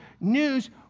news